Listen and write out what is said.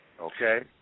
okay